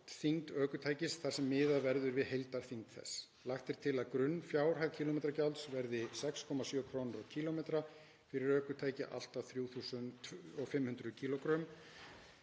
gjaldþyngd ökutækis þar sem miðað verður við heildarþyngd þess. Lagt er til að grunnfjárhæð kílómetragjalds verði 6,7 kr. á kílómetra fyrir ökutæki allt að 3.500 kg